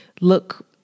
look